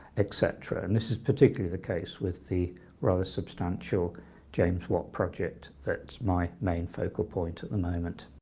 etc. and this is particularly the case with the rather substantial james watt project that's my main focal point at the moment.